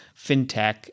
fintech